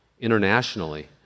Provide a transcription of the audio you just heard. internationally